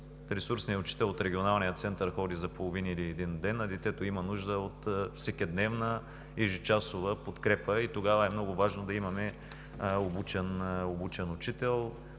Ресурсният учител от регионалния център ходи за половин или един ден, а детето има нужда от всекидневна, ежечасова подкрепа и тогава е много важно да имаме обучен учител.